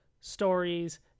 stories